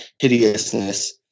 hideousness